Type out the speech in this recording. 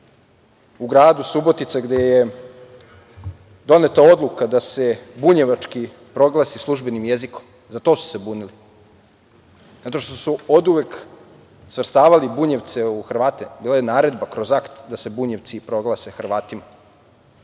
u gradu Subotica gde je doneta odluka da se bunjevački proglasi službenim jezikom. Za to su se bunili. Zato što su oduvek svrstavali Bunjevce u Hrvate. Bila je naredba da se Bunjevci proglase Hrvatima. Tako